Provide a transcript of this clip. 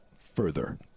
further